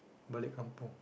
balik kampung